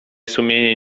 sumienie